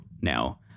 now